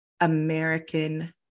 American